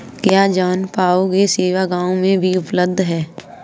क्या जनोपयोगी सेवा गाँव में भी उपलब्ध है?